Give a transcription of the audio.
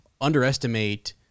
underestimate